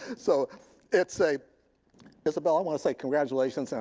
so it's a isabel, i want to say congratulations.